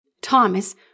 Thomas